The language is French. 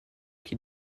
qui